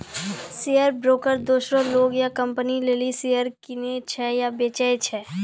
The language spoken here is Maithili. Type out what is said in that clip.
शेयर ब्रोकर दोसरो लोग या कंपनी लेली शेयर किनै छै या बेचै छै